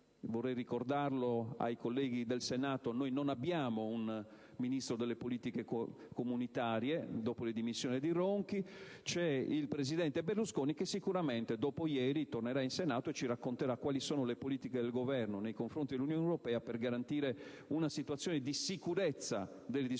vorrei ricordarlo ai colleghi del Senato, non abbiamo un Ministro per le politiche comunitarie. Dopo le dimissioni del ministro Ronchi c'è il presidente Berlusconi, che sicuramente dopo ieri tornerà in Senato e ci racconterà quali sono le politiche del Governo nei confronti dell'Unione europea per garantire una situazione di sicurezza delle disposizioni